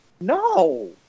no